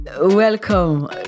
welcome